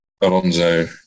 Alonso